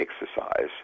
exercise